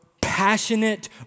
passionate